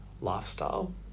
lifestyle